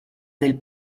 del